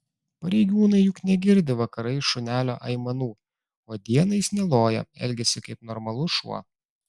pareigūnai juk negirdi vakarais šunelio aimanų o dieną jis neloja elgiasi kaip normalus šuo